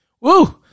woo